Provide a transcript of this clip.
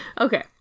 Okay